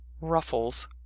ruffles